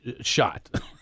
shot